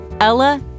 Ella